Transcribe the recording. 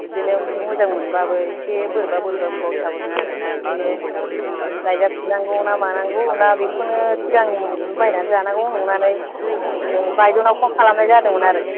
बिदिनो मोजां मोनबाबो एसे बोरैबा बोरैबा मोनबाव थाबावदों आरो दा ओंखायनो नायजाफिननांगौ ना मानांगौ ना बेखौनो सिगांनि मुलिखौनो बायनानै जानांगौ नंनानै औ बाइद'नाव फन खालामनाय जादोंमोन आरो